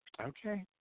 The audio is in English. Okay